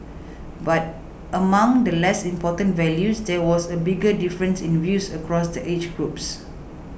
but among the less important values there was a bigger difference in views across the age groups